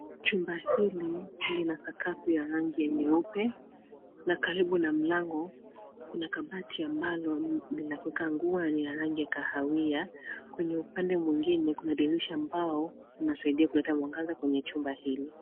Chumba hili linasakafu ya rangi ya nyeupe na karibu na mlango kuna kabatia ambalo ni la kuweka nguo na ya rangi ya kahawia, kwenye upande mwingine kuna dirisha ambao unasaidia kuleta mwangza kwenye chumba hili.